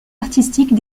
artistiques